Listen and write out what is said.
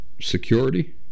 security